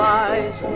eyes